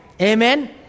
Amen